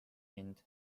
hind